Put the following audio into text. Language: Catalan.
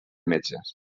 metges